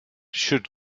should